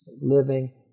living